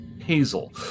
Hazel